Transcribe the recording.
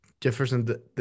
Jefferson